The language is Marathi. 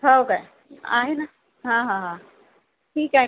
हो काय आहे ना हां हां हां ठीक आहे